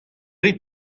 rit